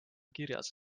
kirjas